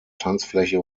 tanzfläche